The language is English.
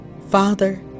Father